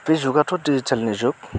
बे जुगाथ' डिजिटेलनि जुग